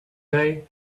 day